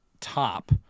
top